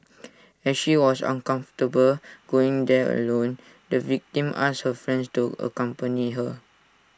as she was uncomfortable going there alone the victim asked her friends to accompany her